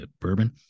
bourbon